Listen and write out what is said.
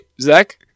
Zach